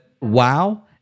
wow